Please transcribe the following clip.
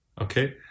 okay